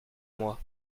mois